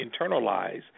internalize